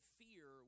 fear